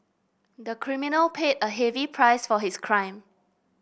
the criminal paid a heavy price for his crime